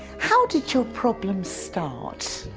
how did your problems start?